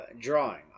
Drawing